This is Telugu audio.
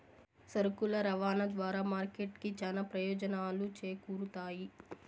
సరుకుల రవాణా ద్వారా మార్కెట్ కి చానా ప్రయోజనాలు చేకూరుతాయి